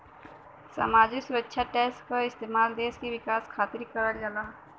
सामाजिक सुरक्षा टैक्स क इस्तेमाल देश के विकास खातिर करल जाला